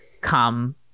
come